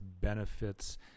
benefits